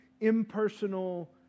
impersonal